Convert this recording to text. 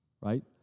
right